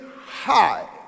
high